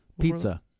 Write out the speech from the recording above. Pizza